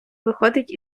виходить